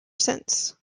since